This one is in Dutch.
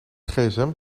gsm